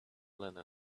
linen